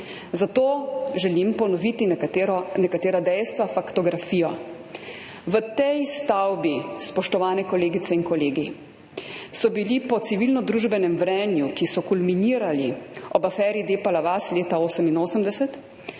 Zato želim ponoviti nekatera dejstva, faktografijo. V tej stavbi, spoštovane kolegice in kolegi, so bili po civilnodružbenem vrenju, potem ko so kulminirali ob aferi Depala vas leta 1988,